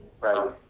Right